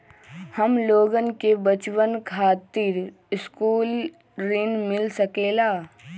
हमलोगन के बचवन खातीर सकलू ऋण मिल सकेला?